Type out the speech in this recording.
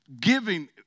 Giving